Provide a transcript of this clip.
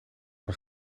van